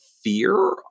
fear